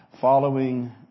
following